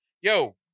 yo